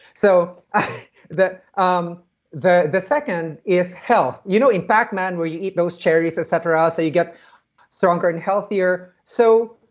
so um the the second is health. you know in pac-man where you eat those cherries, et cetera ah so you get stronger and healthier? so